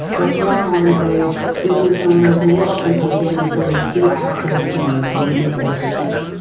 but more on the business owners or middle income families where we see actual change when we do verification.